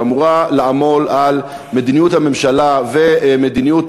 שאמורה לעמול על מדיניות הממשלה ומדיניות